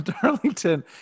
Darlington